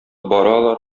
баралар